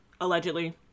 allegedly